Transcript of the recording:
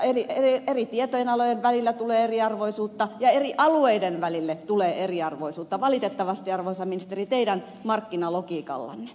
eri tieteenalojen välille tulee eriarvoisuutta ja eri alueiden välille tulee eriarvoisuutta valitettavasti arvoisa ministeri teidän markkinalogiikallanne